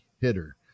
hitter